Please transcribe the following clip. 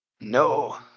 No